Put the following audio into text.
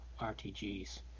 RTG's